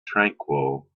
tranquil